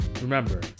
remember